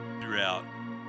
throughout